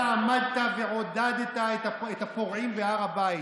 אתה עמדת ועודדת את הפורעים בהר הבית.